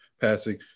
passing